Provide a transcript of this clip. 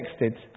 texted